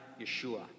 Yeshua